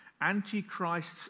Antichrists